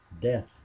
Death